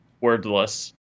wordless